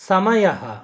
समयः